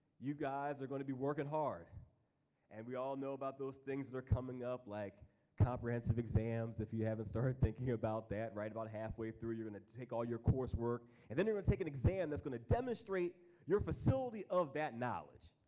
you guys are gonna be workin' hard and we all know about those things that are coming up like comprehensive exams if you haven't started thinking about that. about halfway through you're gonna take all your coursework and then you're gonna take an exam that's gonna demonstrate your facility of that knowledge.